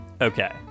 Okay